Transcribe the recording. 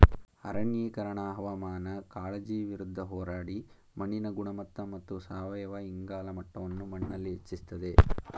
ಅರಣ್ಯೀಕರಣ ಹವಾಮಾನ ಕಾಳಜಿ ವಿರುದ್ಧ ಹೋರಾಡಿ ಮಣ್ಣಿನ ಗುಣಮಟ್ಟ ಮತ್ತು ಸಾವಯವ ಇಂಗಾಲ ಮಟ್ಟವನ್ನು ಮಣ್ಣಲ್ಲಿ ಹೆಚ್ಚಿಸ್ತದೆ